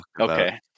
Okay